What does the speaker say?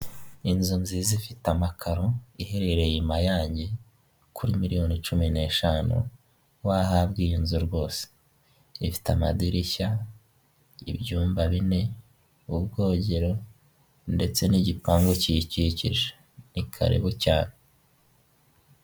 Inzu nziza ifite amakaro, iherereye i Mayange, kuri miliyoni cumi n'eshanu, wahabwa iyo nzu rwose, ifite amadirishya, ibyumba bine, ubwogero ndetse n'igipangu kiyikikije, ni karibu cyane.